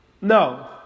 No